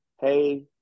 hey